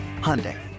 Hyundai